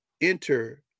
enter